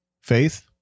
faith